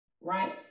right